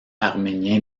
arménien